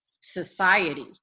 Society